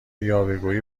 یاوهگویی